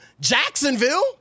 Jacksonville